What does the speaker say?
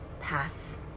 path